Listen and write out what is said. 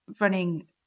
running